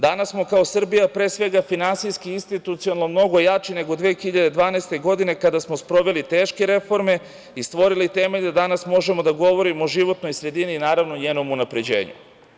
Danas smo kao Srbija pre svega finansijski, institucionalno mnogo jači nego 2012. godine kada smo sproveli teške reforme i stvorili temelje da danas možemo da govorimo o životnoj sredini i naravno njenom unapređenju.